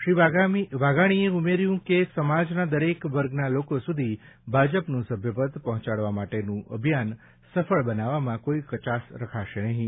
શ્રી વાઘાણીએ ઉમેર્યું છે કે સમાજના દરેક વર્ગના લોકો સુધી ભાજપનું સભ્યપદ પહોંચાડવા માટેનું અભિયાન સફળ બનાવવામાં કોઇ કચાશ રખાશે નહીં